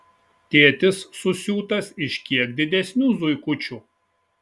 tėtis susiūtas iš kiek didesnių zuikučių